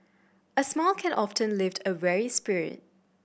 a smile can often lift a weary spirit